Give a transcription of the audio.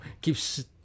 keeps